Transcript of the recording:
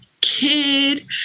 kid